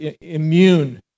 immune